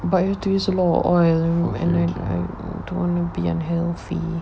but you have to use a lot of oil and and I don't wanna be unhealthy